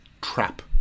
trap